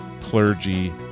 clergy